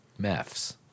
Meths